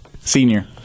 senior